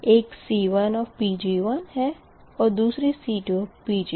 एक C1 है और दूसरी C2